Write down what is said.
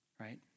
right